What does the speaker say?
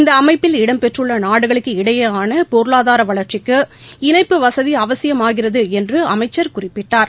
இந்தஅமைப்பில் இடம்பெற்றுள்ளநாடுகளுக்கு இடையேயானபொருளாதாரவளா்ச்சிக்கு இணைப்பு வசதிஅவசியமாகிறதுஎன்றுஅமைச்சர் குறிப்பிட்டார்